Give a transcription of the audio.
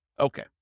Okay